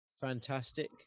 fantastic